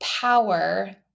power